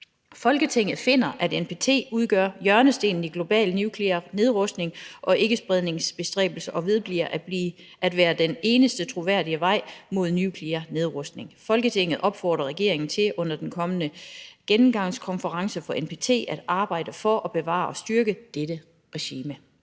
Folketinget finder, at NPT fortsat udgør hjørnestenen i global nuklear nedrustning og ikkespredningsbestræbelser og vedbliver at være den eneste troværdige vej mod nuklear nedrustning. Folketinget opfordrer regeringen til under den kommende gennemgangskonference for NPT at arbejde for at bevare og styrke dette regime.«